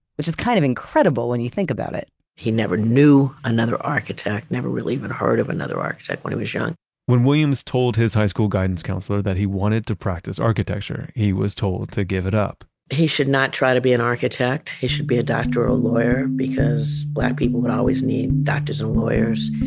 which is kind of incredible when you think about it he never knew another architect, never really even heard of another architect when he was young when williams told his high school guidance counselor that he wanted to practice architecture, he was told to give it up he should not try to be an architect. he should be a doctor or a lawyer because black people would always need doctors and lawyers,